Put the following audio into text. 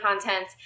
content